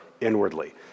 inwardly